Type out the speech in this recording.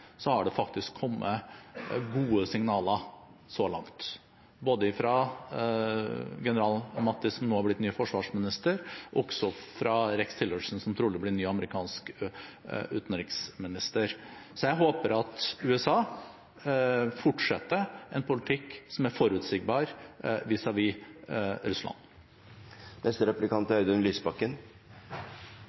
har det faktisk kommet gode signaler så langt, både fra general Mattis, som nå har blitt ny forsvarsminister, og også fra Rex Tillerson, som trolig blir ny amerikansk utenriksminister. Så jeg håper at USA fortsetter en politikk som er forutsigbar vis-à-vis Russland.